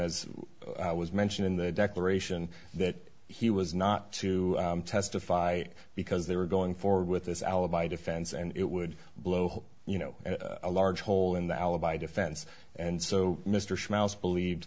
as was mentioned in the declaration that he was not to testify because they were going forward with this alibi defense and it would blow you know a large hole in the alibi defense and so mr smiles believed